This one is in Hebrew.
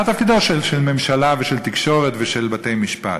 מה תפקידם של ממשלה ושל תקשורת ושל בתי-משפט?